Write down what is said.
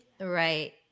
Right